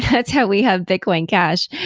that's how we have bitcoin cash.